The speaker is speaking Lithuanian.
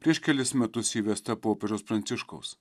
prieš kelis metus įvesta popiežiaus pranciškaus